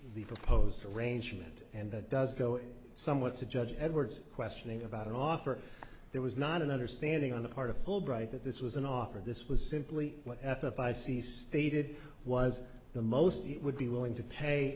the proposed arrangement and that does go somewhat to judge edwards questioning about an offer there was not an understanding on the part of fulbright that this was an offer this was simply f if i see stated was the most you would be willing to pay